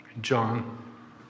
John